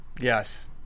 yes